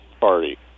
party